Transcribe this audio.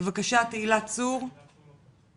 אומרים לי שתהילה צור לא פה.